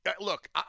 Look